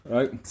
Right